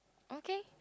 okay